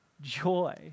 joy